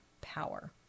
power